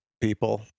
people